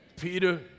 Peter